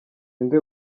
nde